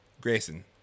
Grayson